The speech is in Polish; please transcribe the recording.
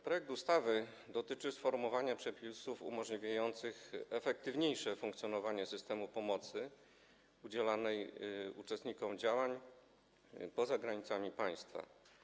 Projekt ustawy dotyczy sformułowania przepisów umożliwiających efektywniejsze funkcjonowanie systemu pomocy udzielanej uczestnikom działań poza granicami państwa.